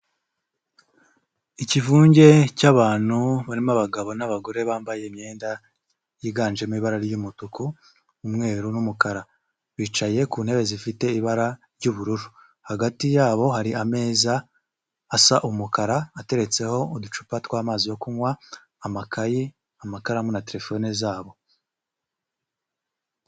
Ikivunge cy'abantu barimo abagabo n'abagore bambaye imyenda yiganjemo ibara ry'umutuku, umweru n'umukara, bicaye ku ntebe zifite ibara ry'ubururu, hagati yabo hari ameza asa umukara ateretseho uducupa tw'amazi yo kunywa, amakayi, amakaramu na telefone zabo.